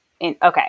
okay